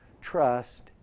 trust